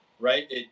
Right